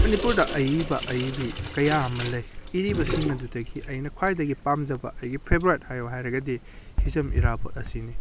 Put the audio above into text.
ꯃꯅꯤꯄꯨꯔꯗ ꯑꯏꯕ ꯑꯏꯕꯤ ꯀꯌꯥ ꯑꯃ ꯂꯩ ꯏꯔꯤꯕꯁꯤꯡ ꯑꯗꯨꯗꯒꯤ ꯑꯩꯅ ꯈ꯭ꯋꯥꯏꯗꯒꯤ ꯄꯥꯝꯖꯕ ꯑꯩꯒꯤ ꯐꯦꯕꯣꯔꯥꯏꯠ ꯍꯥꯏꯌꯣ ꯍꯥꯏꯔꯒꯗꯤ ꯍꯤꯖꯝ ꯏꯔꯥꯕꯣꯠ ꯑꯁꯤꯅꯤ